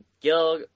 Gil